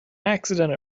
accident